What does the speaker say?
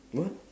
what